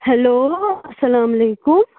hello اَسلامُ علیکُم